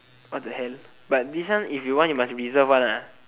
what the hell but this one if you want you must reserve one ah